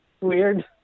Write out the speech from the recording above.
weird